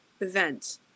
event